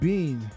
Bean